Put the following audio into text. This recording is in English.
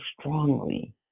strongly